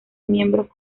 miembros